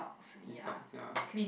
detox sia